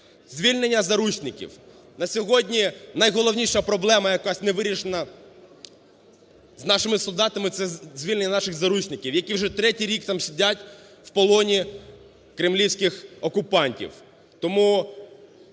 Звільнення заручників, на сьогодні найголовніша проблема, яка не вирішена з нашими солдатами – це звільнення наших заручників, які вже третій рік там сидять в полоні кремлівських окупантів.